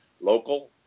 local